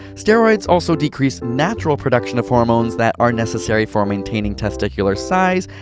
steroids also decreased natural production of hormones that are necessary for maintaining testicular size,